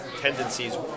tendencies